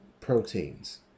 proteins